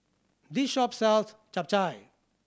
this shop sells Chap Chai